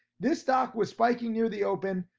this stock was spiking near the open,